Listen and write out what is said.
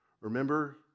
Remember